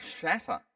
shatter